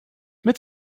mit